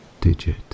digit